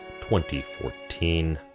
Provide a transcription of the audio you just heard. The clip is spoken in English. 2014